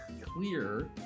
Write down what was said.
clear